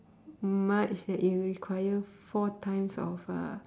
much that you require four times of uh